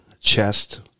chest